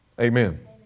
Amen